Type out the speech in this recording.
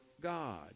God